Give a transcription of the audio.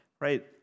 right